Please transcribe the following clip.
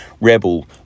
Rebel